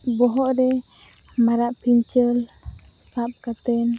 ᱵᱚᱦᱚᱜᱨᱮ ᱢᱟᱨᱟᱜ ᱯᱤᱧᱪᱟᱹᱞ ᱥᱟᱵ ᱠᱟᱛᱮᱱ